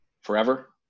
forever